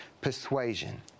persuasion